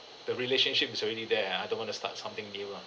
the relationship is already there I don't want to start something new lah